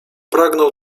pragnął